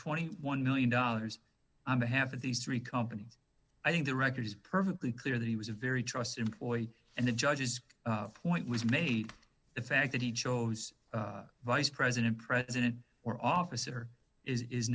twenty one million dollars on behalf of these three companies i think the record is perfectly clear that he was a very trusted employee and the judges point was made the fact that he chose a vice president president or officer is